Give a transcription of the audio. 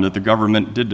that the government did